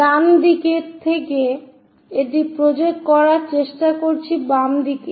ডান দিক থেকে এটি প্রজেক্ট করার চেষ্টা করছি বাম দিকে